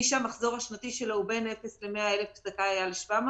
מי שהמחזור השנתי שלו הוא בין 100,000-0 זכאי היה ל-700.